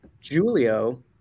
Julio